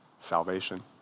salvation